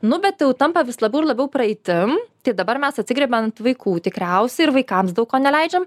nu bet jau tampa vis labiau ir labiau praeitim tai dabar mes atsigriebiam ant vaikų tikriausiai ir vaikams daug ko neleidžiam